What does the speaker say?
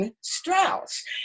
Strauss